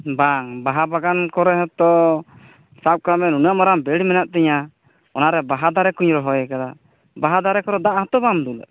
ᱵᱟᱝ ᱵᱟᱦᱟ ᱵᱟᱜᱟᱱ ᱠᱚᱨᱮ ᱦᱚᱛᱚ ᱥᱟᱵ ᱠᱟᱜ ᱢᱮ ᱱᱩᱱᱟᱹᱜ ᱢᱟᱨᱟᱝ ᱵᱮᱲ ᱢᱮᱱᱟᱜ ᱛᱤᱧᱟᱹ ᱚᱱᱟᱨᱮ ᱵᱟᱦᱟ ᱫᱟᱨᱮ ᱠᱚᱧ ᱨᱚᱦᱚᱭ ᱟᱠᱟᱫᱟ ᱵᱟᱦᱟ ᱫᱟᱨᱮ ᱠᱚᱨᱮ ᱫᱟᱜ ᱦᱚᱛᱚ ᱵᱟᱢ ᱫᱩᱞᱟᱜ ᱠᱟᱱᱟ